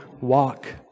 walk